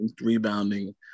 rebounding